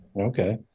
Okay